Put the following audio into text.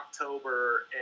October